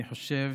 אני חושב